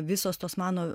visos tos mano